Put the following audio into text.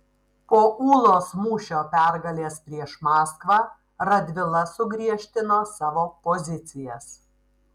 po ūlos mūšio pergalės prieš maskvą radvila sugriežtino savo pozicijas